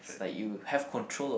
it's like you have control